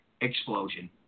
Explosion